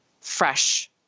fresh